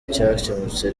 cyakemutse